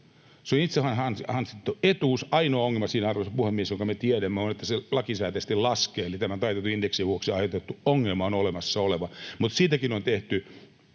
Se on itse ansaittu etuus. Ainoa ongelma siinä, arvoisa puhemies, jonka me tiedämme, on, että se lakisääteisesti laskee, eli tämän taitetun indeksin vuoksi aiheutettu ongelma on olemassa oleva. Mutta siitäkin on tehty